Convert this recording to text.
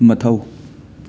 ꯃꯊꯧ